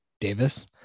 Davis